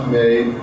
made